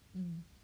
hmm